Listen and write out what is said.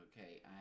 Okay